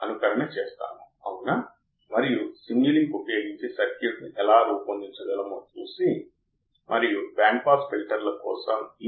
కాబట్టి inverting Vin ఇక్కడ సానుకూలంగా ఉంది ఇది నాన్ ఇన్వర్టింగ్ ఇది ఇన్వర్టింగ్ అంటే 2 1 1